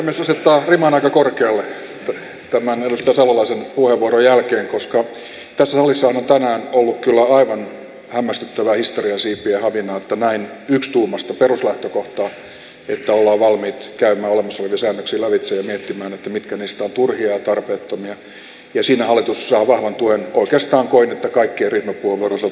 puhemies asettaa riman aika korkealle tämän edustaja salolaisen puheenvuoron jälkeen koska tässä salissahan on tänään ollut aivan hämmästyttävää historian siipien havinaa näin yksituumaista peruslähtökohtaa että ollaan valmiit käymään olemassa olevia säännöksiä lävitse ja miettimään mitkä niistä ovat turhia ja tarpeettomia ja siinä hallitus saa vahvan tuen oikeastaan koen että kaikkien ryhmäpuheenvuorojen osalta